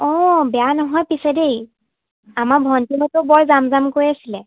অঁ বেয়া নহয় পিছে দেই আমাৰ ভণ্টিহঁতো বৰ যাম যাম কৈ আছিলে